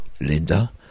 Linda